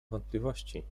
wątpliwości